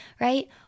right